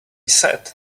said